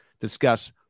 discuss